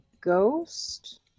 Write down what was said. ghost